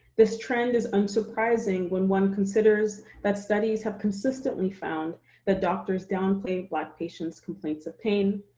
this trend is unsurprising when one considers that studies have consistently found that doctors downplayed black patients' complaints of pain,